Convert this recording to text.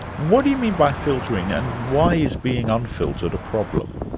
what do you mean by filtering and why is being unfiltered a problem?